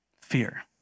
Fear